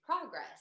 progress